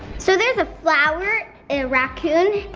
so there's a flower, a raccoon,